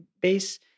base